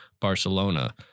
Barcelona